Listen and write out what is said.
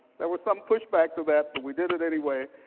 there was some pushback to that, but we did it anyway.